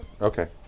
Okay